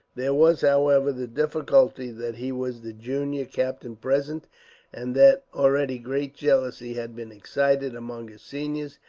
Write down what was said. there was, however, the difficulty that he was the junior captain present and that already great jealousy had been excited, among his seniors,